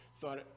thought